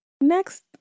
Next